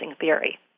theory